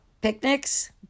picnics